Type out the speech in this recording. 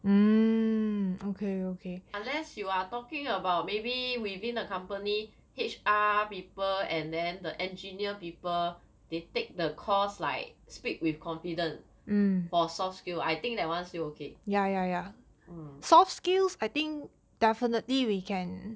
unless you are talking about maybe within a company H_R people and then the engineer people they take the course like speak with confidence for soft skill I think that one still okay